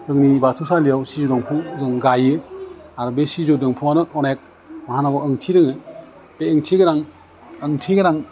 जोंनि बाथौ सालियाव सिजौ दंफां जों गायो आरो बे सिजौ दंफांआनो अनेक मा होनो ओंथि दङ बे ओंथि गोनां ओंथि गोनां